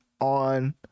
on